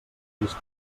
vista